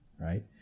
right